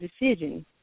decision